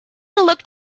looked